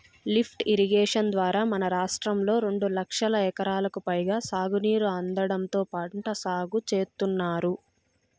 lift irrigation ద్వారా మన రాష్ట్రంలో రెండు లక్షల ఎకరాలకు పైగా సాగునీరు అందడంతో పంట సాగు చేత్తున్నారు